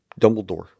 Dumbledore